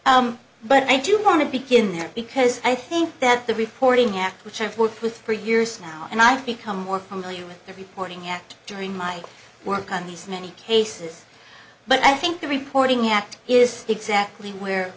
held but i do want to begin there because i think that the reporting act which i've worked with for years now and i've become more familiar with the reporting act during my work on these many cases but i think the reporting act is exactly where